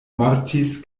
mortis